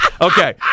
okay